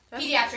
Pediatric